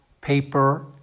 paper